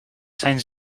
zijn